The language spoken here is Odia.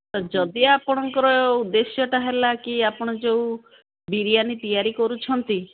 ଯଦି ଆପଣଙ୍କର ଉଦ୍ଦେଶ୍ୟଟା ହେଲା କି ଆପଣ ଯେଉଁ ବିରିୟାନୀ ତିଆରି କରୁଛନ୍ତି